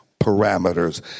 parameters